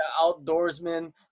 outdoorsman